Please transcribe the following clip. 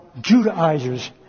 Judaizers